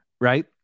right